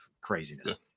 craziness